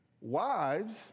Wives